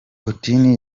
putin